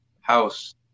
house